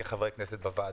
כחברי כנסת בוועדה.